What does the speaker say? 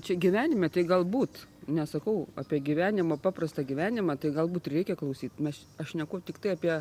čia gyvenime tai galbūt nesakau apie gyvenimą paprastą gyvenimą tai galbūt reikia klausyt mes aš šneku tiktai apie